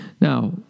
Now